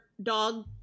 dog